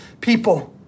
people